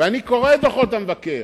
ואני קורא את דוחות המבקר,